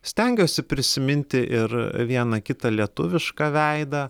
stengiuosi prisiminti ir vieną kitą lietuvišką veidą